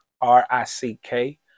R-I-C-K